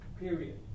period